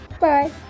Bye